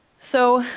so,